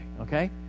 okay